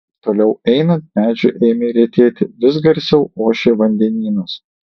toliau einant medžių ėmė retėti vis garsiau ošė vandenynas